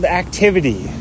activity